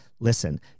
Listen